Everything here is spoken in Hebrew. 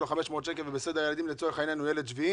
לאחד תיתן 500 שקל כשלצורך העניין הוא ילד שביעי.